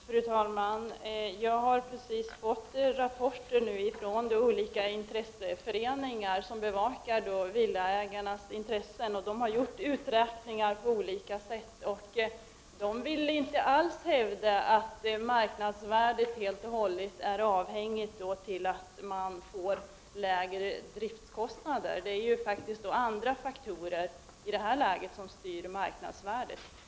Fru talman! Jag har nyss fått rapporter från de intresseföreningar som bevakar villaägarnas intressen. De har gjort uträkningar på olika sätt och vill inte alls hävda att marknadsvärdet helt är avhängigt av lägre driftskostnader. Det är faktiskt andra faktorer som i detta läge styr marknadsvärdet.